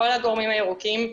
כל הגורמים הירוקים,